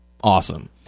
awesome